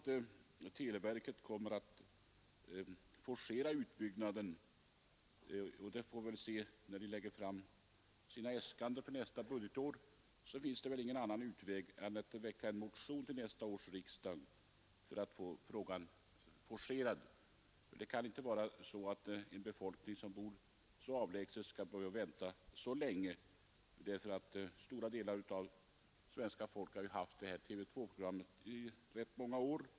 Om televerket inte kommer att forcera utbyggnaden — det får vi se när äskandena för nästa budgetår framläggs — finns det väl ingen annan utväg än att väcka en motion vid nästa års riksdag för att få ett positivt beslut. En befolkning som bor så avlägset skall inte behöva vänta så länge. Stora delar av svenska folket har redan sett TV 2-program i många år.